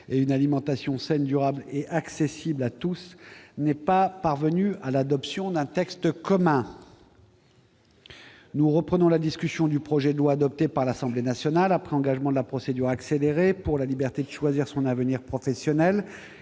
et une alimentation saine, durable et accessible à tous n'est pas parvenue à l'adoption d'un texte commun. Nous reprenons la discussion du projet de loi, adopté par l'Assemblée nationale après engagement de la procédure accélérée, pour la liberté de choisir son avenir professionnel.